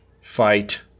fight